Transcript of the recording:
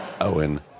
Owen